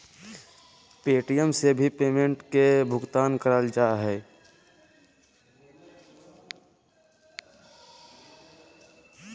Paytm से भी payment के भुगतान करल जा हय